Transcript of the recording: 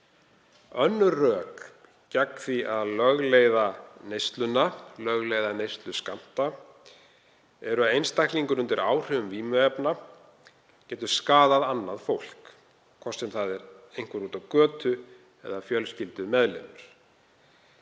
Önnur rök gegn því að lögleiða neysluna, lögleiða neysluskammta, er að einstaklingar undir áhrifum vímuefna geta skaðað annað fólk, hvort sem það er einhver úti á götu eða fjölskyldumeðlimur.